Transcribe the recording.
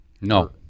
No